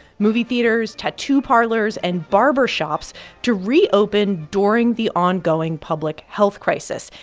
movie theaters, tattoo parlors and barber shops to reopen during the ongoing public health crisis.